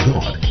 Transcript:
God